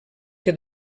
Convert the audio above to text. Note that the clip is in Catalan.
que